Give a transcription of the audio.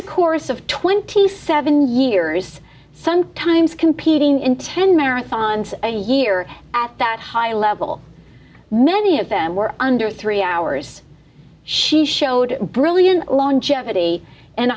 the course of twenty seven years sometimes competing in ten marathons a year at that high level many of them were under three hours she showed brilliant longevity and